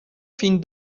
fin